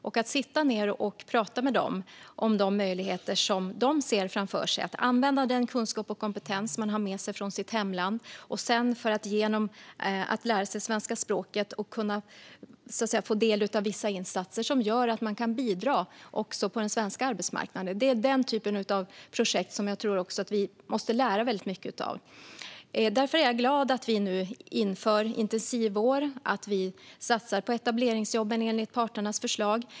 Jag fick sitta ned och prata med dem om de möjligheter de såg framför sig att använda den kunskap och kompetens de har med sig från sina hemländer. Att lära sig svenska språket och få del av vissa insatser gör att man kan bidra på den svenska arbetsmarknaden. Jag tror att vi måste lära oss mycket av sådana projekt. Svar på interpellationer Jag är därför glad över att vi nu inför intensivår och satsar på de etableringsjobb som är parternas förslag.